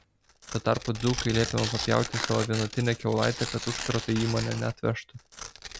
tuo tarpu dzūkui liepiama papjauti savo vienatinę kiaulaitę kad užkrato į įmonę neatvežtų